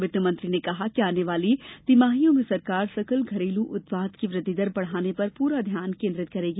वित्त मंत्री ने कहा कि आने वाली तिमाहियों में सरकार सकल घरेलू उत्पाद की वृद्वि दर बढ़ाने पर पूरा ध्यान केन्द्रित करेगी